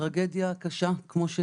טרגדיה קרשה.